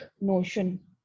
notion